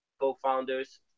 co-founders